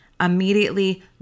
Immediately